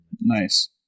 Nice